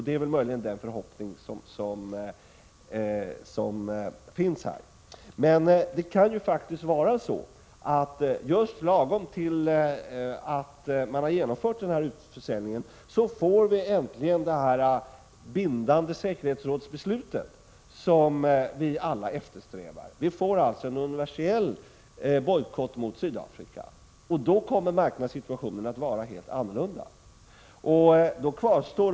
Det är möjligen den förhoppning man kan finna. Men det kan faktiskt vara så att just lagom till att man har genomfört denna utförsäljning får vi äntligen det bindande säkerhetsrådsbeslut som vi alla eftersträvar och det blir en universell bojkott mot Sydafrika. Då kommer marknadssituationen att vara helt annorlunda.